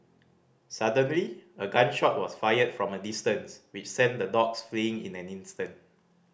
suddenly a gun shot was fired from a distance which sent the dogs fleeing in an instant